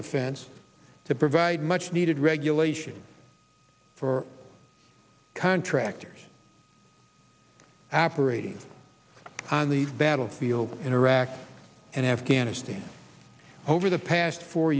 defense to provide much needed regulation for contractors aberrated on the battlefield in iraq and afghanistan over the past four